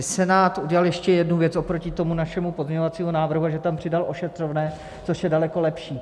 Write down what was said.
Senát udělal ještě jednu věc oproti našemu pozměňovacímu návrhu, že tam přidal ošetřovné, což je daleko lepší.